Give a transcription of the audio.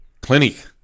clinic